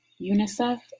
UNICEF